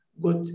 got